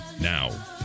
Now